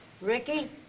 Ricky